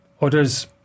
Others